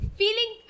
feeling